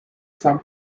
some